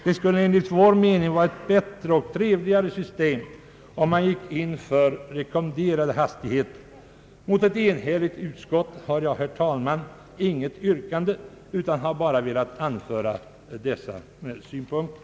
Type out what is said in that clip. Det skulle enligt vår mening vara ett bättre och trevligare system, om man gick in för rekommenderade hastigheter: Mot ett enhälligt utskott har jag, herr talman, inget yrkande utan har bara velat anföra dessa synpunkter.